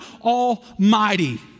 Almighty